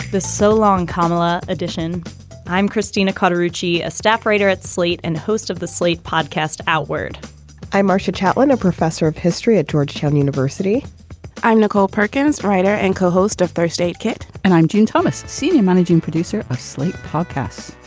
so long comella addition i'm christina choteau but ritchie, a staff writer at slate and host of the slate podcast outward i'm marcia chatillon, a professor of history at georgetown university i'm nicole perkins', writer and co-host of first aid kit. and i'm jean thomas, senior managing producer of slate podcasts